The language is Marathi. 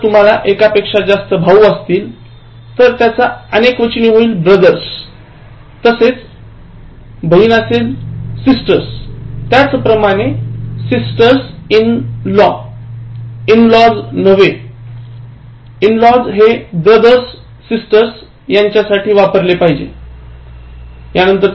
जर तुम्हाला एकापेक्षा जास्त भाऊ असतील तर त्याचा अनेकवचनी होईल ब्रदर्स तसेच sisters in law in laws नव्हे in laws हे brothers sisters यांच्यासाठी वापरले पाहिजे